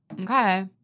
Okay